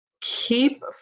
keep